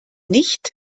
nicht